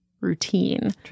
routine